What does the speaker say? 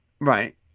Right